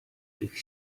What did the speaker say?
tych